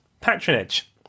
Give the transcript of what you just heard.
patronage